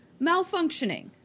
malfunctioning